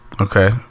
Okay